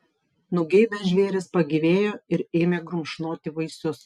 nugeibę žvėrys pagyvėjo ir ėmė grumšnoti vaisius